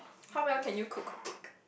how well can you cook or bake